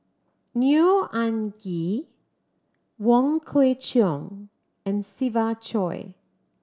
Neo Anngee Wong Kwei Cheong and Siva Choy